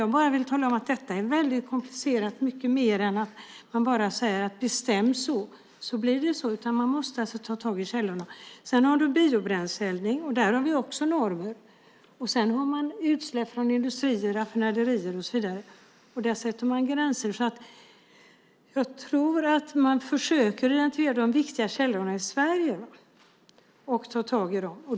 Jag vill bara tala om att detta är väldigt komplicerat, mycket mer än att bara säga att man ska bestämma så, så blir det så. Man måste alltså ta tag i källorna. Sedan har du biobränsleeldning. Där har vi också normer. Dessutom har vi utsläpp från industrier, raffinaderier och så vidare. Där sätter man gränser. Jag tror att man försöker hantera de viktiga källorna i Sverige och ta tag i dem.